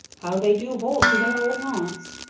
how they do hold to their old haunts!